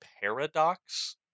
paradox